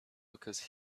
because